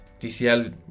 DCL